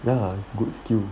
ya it's a good skill